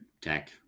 tech